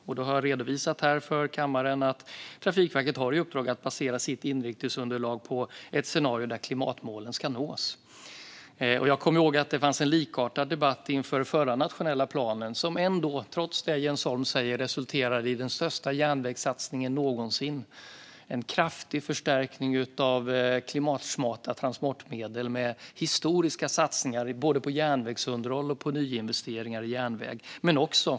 Jag har redovisat för kammaren att Trafikverket har i uppdrag att basera sitt inriktningsunderlag på ett scenario där klimatmålen ska nås. Det fanns en likartad debatt inför den förra nationella planen som, trots det Jens Holm säger, resulterade i den största järnvägssatsningen någonsin. Där fanns en kraftig förstärkning av klimatsmarta transportmedel och historiska satsningar på både järnvägsunderhåll och nyinvesteringar i järnväg.